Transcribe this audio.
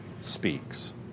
speaks